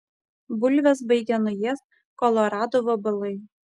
bulves baigia nuėst kolorado vabalai